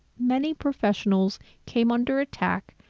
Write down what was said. many professionals came under attack,